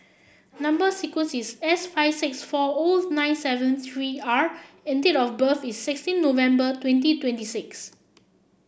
number sequence is S five six four O nine seven three R and date of birth is sixteen November twenty twenty six